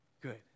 good